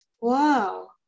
wow